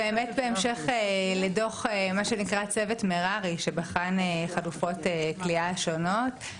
בהמשך לדוח צוות מררי שבחן חלופות כליאה שונות,